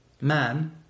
Man